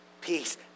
peace